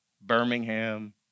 Birmingham